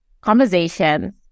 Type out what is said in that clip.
conversation